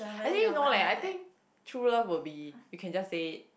actually no leh I think true love will be you can just say it